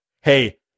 hey